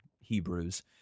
Hebrews